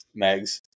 Megs